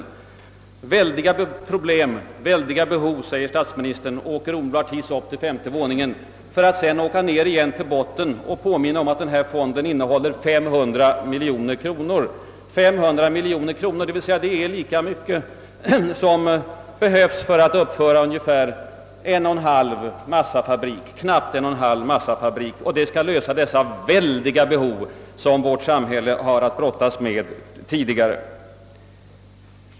Det är »väldiga» problem och »väldiga» behov, säger statsministern och åker omedelbart hiss upp till femte våningen för att sedan åka ner igen till botten och påminna om att fonden som skall klara allt detta innehåller 500 miljoner kronor, d.v.s. ungefär lika mycket som det behövs för att uppföra knappt en och en halv massafabrik. Detta belopp skulle alltså räcka till för att möta alla de »väldiga» behov som vårt samhälle skall tillgodose.